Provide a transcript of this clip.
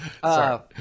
Sorry